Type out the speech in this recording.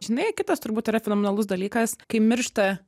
žinai kitas turbūt yra fenomenalus dalykas kai miršta